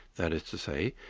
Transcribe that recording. that is to say,